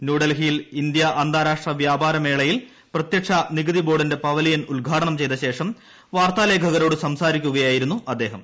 ന്യൂഡൽഹിയിൽ ഇന്ത്യ അന്താരാഷ്ട്ര വ്യാപാരമേളയിൽ പ്രത്യക്ഷ നികുതി ബോർഡിന്റെ പവലിയൻ ഉദ്ഘാടനം ചെയ്തശേഷം വാർത്താലേഖകരോട് സംസാരിക്കുകയായിരുന്നു അദ്ദേഹം